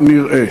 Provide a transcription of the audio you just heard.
נראה.